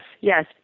yes